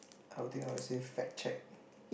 I would think I would say fact check